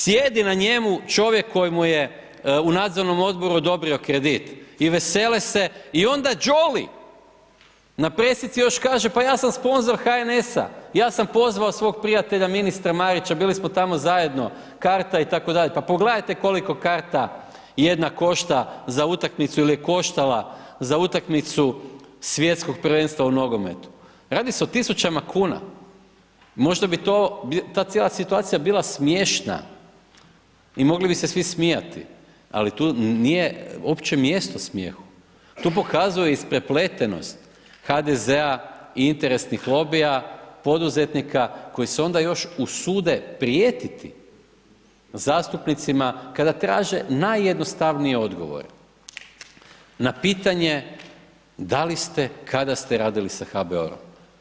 Sjedi na njemu čovjek koji mu je u nadzornom odboru odobrio kredit i vesele se i onda Jolly na presici još kaže, pa ja sam sponzor HNS-a, ja sam pozvao svog prijatelja ministra Marića, bili smo tamo zajedno, karta itd., pa pogledajte koliko karta jedna košta za utakmicu ili je koštala za utakmicu Svjetskog prvenstva u nogometu, radi se o tisućama kuna, možda bi ta cijela situacija bila smiješna i mogli bi se svi smijati, ali tu nije uopće mjesto smijehu, tu pokazuje isprepletenost HDZ-a i interesnih lobija, poduzetnika koji se onda još usude prijetiti zastupnicima kada traže najjednostavnije odgovore na pitanje da li ste, kada ste radili sa HBOR-om?